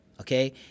okay